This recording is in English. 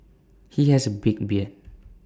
he has A big beard